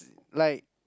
like